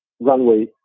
runway